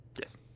Yes